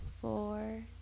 four